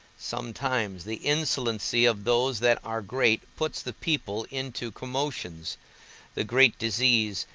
sometimes the insolency of those that are great puts the people into commotions the great disease,